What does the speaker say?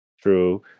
true